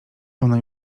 ona